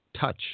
touch